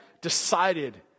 decided